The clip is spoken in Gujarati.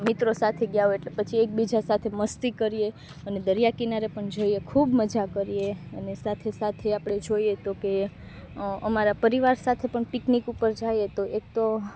મિત્રો સાથે ગયાં હોય એટલે પછી એકબીજા સાથે મસ્તી કરીએ અને દરિયા કિનારે પણ જઈએ ખૂબ મજા કરીએ અને સાથે સાથે આપણે જોઈએ તો કે અમારા પરિવાર સાથે પણ પિકનિક ઉપર જઈએ તો એક તો